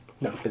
No